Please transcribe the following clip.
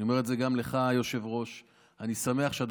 אני אומר את זה גם לך, היושב-ראש.